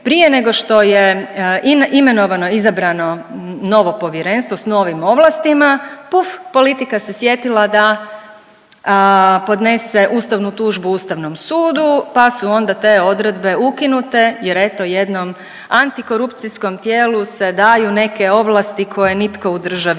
prije nego što je imenovano izabrano novo povjerenstvo s novim ovlastima, puf, politika se sjetila da podnese ustavnu tužbu Ustavnom sudu, pa su onda te odredbe ukinute jer eto jednom antikorupcijskom tijelu se daju neke ovlasti koje nitko u državi